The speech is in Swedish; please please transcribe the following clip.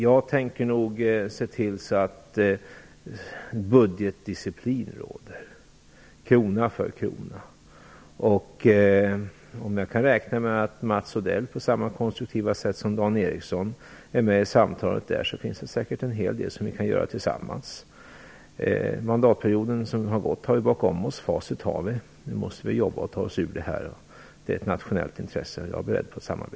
Jag tänker se till att budgetdisciplin råder krona för krona. Om jag kan räkna med att Mats Odell på samma konstruktiva sätt som Dan Ericsson är med i samtalet finns det säkert en hel del som vi kan göra tillsammans. Vi har facit för den mandatperiod som vi har bakom oss. Nu måste vi jobba och ta oss ur detta läge. Det är ett nationellt intresse, och jag är beredd att samarbeta.